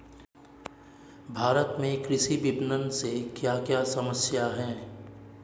भारत में कृषि विपणन से क्या क्या समस्या हैं?